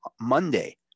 monday